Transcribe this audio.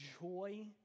joy